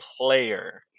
player